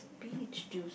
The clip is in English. P_H juice